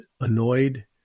annoyed